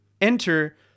Enter